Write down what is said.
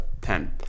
ten